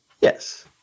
Yes